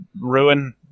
ruin